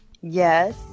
yes